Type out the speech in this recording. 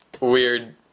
weird